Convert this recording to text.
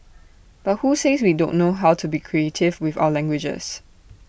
but who says we don't know how to be creative with our languages